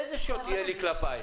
איזה שוט יהיה לי כלפייך?